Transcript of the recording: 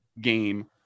game